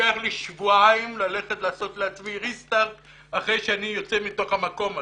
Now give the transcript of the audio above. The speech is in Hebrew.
לוקח לי שבועיים לעשות לעצמי ריסטארט אחרי שאני יוצא מתוך המקום הזה.